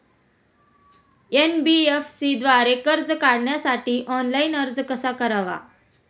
NBFC द्वारे कर्ज काढण्यासाठी ऑनलाइन अर्ज कसा करावा?